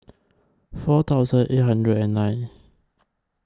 four thousand eight hundred and nine